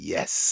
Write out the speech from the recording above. Yes